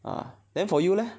uh then for you leh